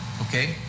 Okay